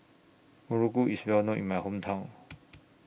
Muruku IS Well known in My Hometown